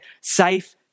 safe